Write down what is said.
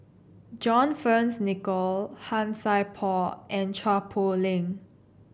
John Fearns Nicoll Han Sai Por and Chua Poh Leng